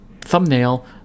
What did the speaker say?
thumbnail